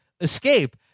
escape